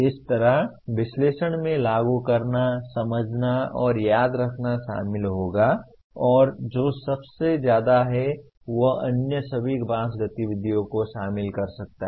इसी तरह विश्लेषण में लागू करना समझना और याद रखना शामिल होगा और जो सबसे ज्यादा है वह अन्य सभी 5 गतिविधियों को शामिल कर सकता है